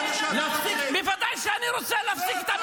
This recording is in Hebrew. זה מה